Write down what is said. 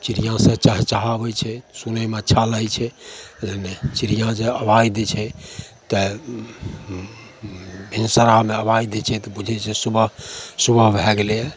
चिड़िआँसब चहचहाबै छै सुनैमे अच्छा लागै छै मने चिड़िआँ जब आवाज दै छै तऽ भिनसरामे आवाज दै छै तऽ बुझै छै सुबह सुबह भए गेलै यऽ